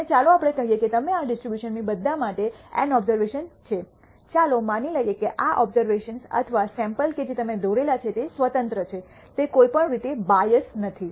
અને ચાલો આપણે કહીએ કે તમે આ ડિસ્ટ્રીબ્યુશનમાંથી બધા માટે N ઓબઝર્વેશન્સ છે ચાલો માની લઈએ કે આ ઓબઝર્વેશન્સ અથવા સૈમ્પલ કે જે તમે દોરેલા છે તે સ્વતંત્ર છે તે કોઈ પણ રીતે બાઇઅસ નથી